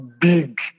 big